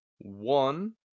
one